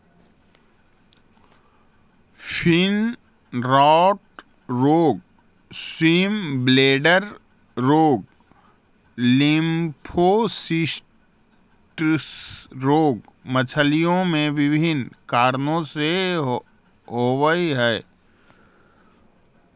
fin rot रोग, swim bladder रोग, lymphocystis रोग मछलियों में विभिन्न कारणों से होवअ हई